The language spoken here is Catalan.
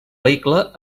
vehicle